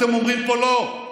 אתם אומרים פה: לא,